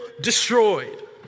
destroyed